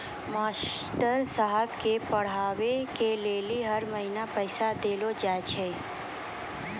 master साहेब के पढ़बै के लेली हर महीना पैसा देलो जाय छै